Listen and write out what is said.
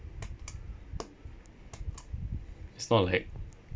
it's not like